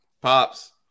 Pops